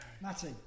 Matty